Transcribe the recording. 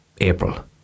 April